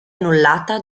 annullata